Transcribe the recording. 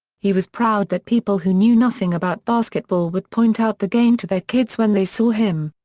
he was proud that people who knew nothing about basketball would point out the game to their kids when they saw him.